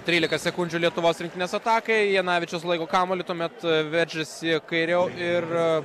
trylika sekundžių lietuvos rinktinės atakai janavičius laiko kamuolį tuomet veržiasi kairiau ir